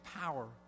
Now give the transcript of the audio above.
power